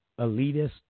elitist